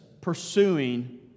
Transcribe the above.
pursuing